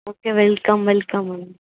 okay welcome welcome అండి